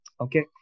Okay